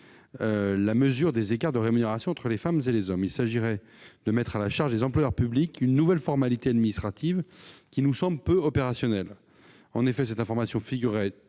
la mesure des écarts de rémunération entre femmes et hommes. Il s'agirait ainsi de mettre à la charge des employeurs publics une nouvelle formalité administrative qui nous semble peu opérationnelle. En effet, cette information figurera